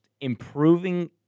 improving